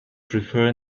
prefer